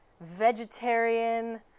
vegetarian